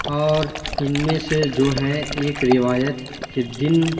اور اِن میں سے جو ہیں ایک روایت کے دِن